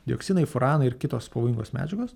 dioksinai furanai ir kitos pavojingos medžiagos